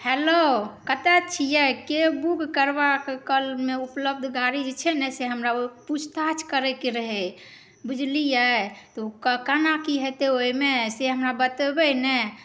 hello कतऽ छिए cab book करबाके उपलब्ध गाड़ी जे छै ने से हमरा पूछताछ करैके रहै बुझलिए तऽ ओ कोना कि हेतै ओहिमेसँ हमरा बतेबै ने